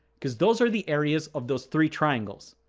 because those are the areas of those three triangles.